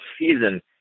season